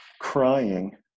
crying